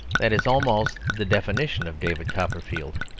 that is almost the definition of david copperfield.